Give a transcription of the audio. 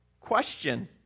question